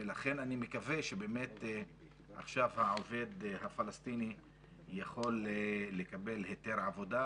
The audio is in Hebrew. אני מקווה שעכשיו העובד הפלסטיני יכול לקבל היתר עבודה,